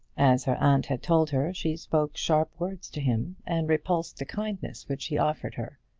as her aunt had told her, she spoke sharp words to him, and repulsed the kindness which he offered her.